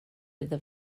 iddo